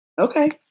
Okay